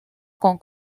con